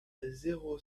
zéro